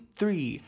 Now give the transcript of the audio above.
three